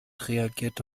reagierte